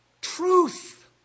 Truth